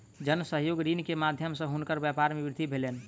जन सहयोग ऋण के माध्यम सॅ हुनकर व्यापार मे वृद्धि भेलैन